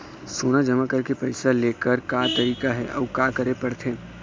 सोना जमा करके पैसा लेकर का तरीका हे अउ का करे पड़थे?